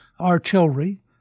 artillery